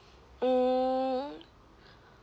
mm